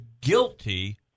guilty